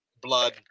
blood